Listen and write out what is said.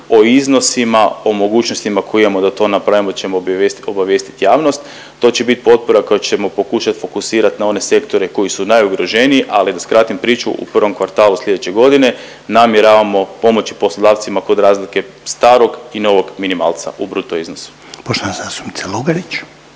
o iznosima o mogućnostima koji imamo da to napravimo ćemo obavijestit javnost. To će bit potpora kojom ćemo pokušat fokusirat na one sektore koji su najugroženiji, ali da skratim priču u prvom kvartalu sljedeće godine namjeravamo pomoći poslodavcima kod razlike starog i novog minimalca u bruto iznosu. **Reiner,